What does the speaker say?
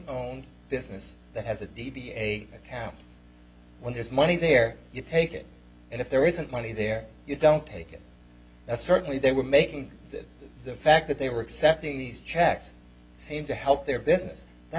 owned business that has a d v d a account when there's money there you take it and if there isn't money there you don't take it that certainly they were making that the fact that they were accepting these checks seemed to help their business that